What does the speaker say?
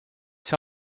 see